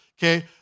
okay